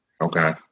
Okay